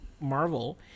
Marvel